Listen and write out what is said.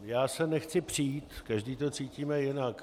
Já se nechci přít, každý to cítíme jinak.